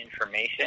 information